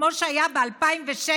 כמו שהיה ב-2007,